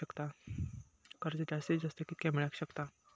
कर्ज जास्तीत जास्त कितक्या मेळाक शकता?